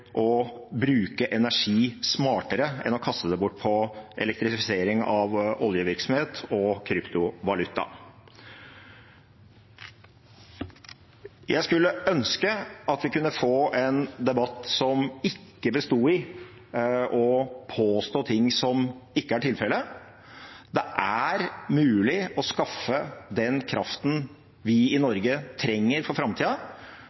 å bruke energi smartere enn å kaste den bort på elektrifisering av oljevirksomhet og på kryptovaluta. Jeg skulle ønske at vi kunne få en debatt som ikke besto i å påstå ting som ikke er tilfellet. Det er mulig å skaffe den kraften vi i Norge trenger for